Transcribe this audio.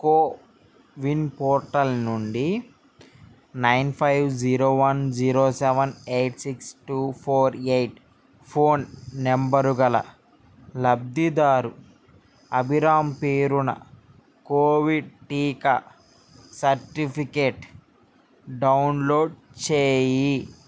CoWIN portal నుండి nine five zero one zero seven eight six two four eight phone number గల లబ్ధిదారు అభిరాం పేరున COVID టీకా certificate download చేయి